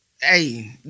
Hey